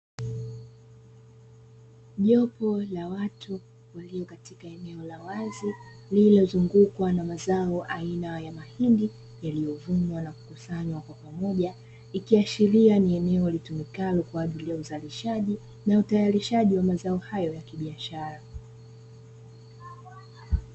Jopo la watu walio katika eneo la wazi lililozungukwa na mazao aina ya mahindi yaliyovunwa na kukusanywa kwa pamoja. Ikiashiria ni eneo litumikalo kwa ajili ya uzalishaji na utayarishaji wa mazao hayo ya kibiashara.